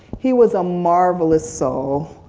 he was marvelous soul